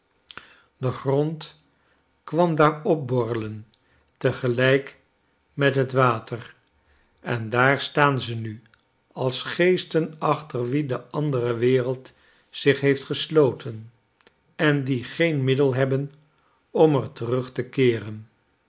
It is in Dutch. de grond kwam daar opborrelen tegelijk met het water en daar staan ze nu als geesten achter wie de andero wereld zich heeft gesloten en die geen middel hebben om er terug te keeren